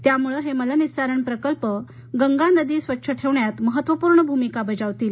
त्यामुळे हे मलनिःसारण प्रक्रिया प्रकल्प गंगा नदी स्वच्छ ठेवण्यात महत्त्वपूर्ण भूमिका बजावतील